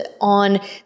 on